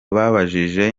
babajije